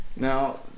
Now